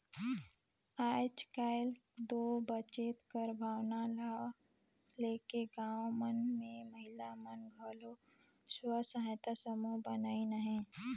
आएज काएल दो बचेत कर भावना ल लेके गाँव गाँव मन में महिला मन घलो स्व सहायता समूह बनाइन अहें